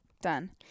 Done